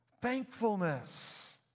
Thankfulness